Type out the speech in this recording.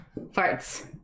farts